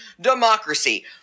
democracy